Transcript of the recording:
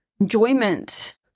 enjoyment